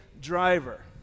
driver